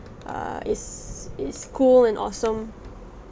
err is is cool and awesome